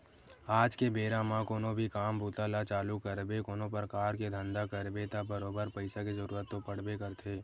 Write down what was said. आज के बेरा म कोनो भी काम बूता ल चालू करबे कोनो परकार के धंधा करबे त बरोबर पइसा के जरुरत तो पड़बे करथे